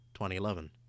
2011